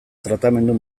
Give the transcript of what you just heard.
tratamendu